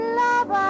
love